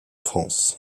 france